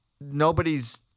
nobody's